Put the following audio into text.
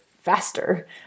faster